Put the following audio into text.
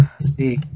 See